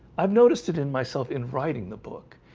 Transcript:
i've noticed it in myself in writing the book.